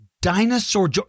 dinosaur